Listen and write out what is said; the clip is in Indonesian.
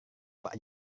pak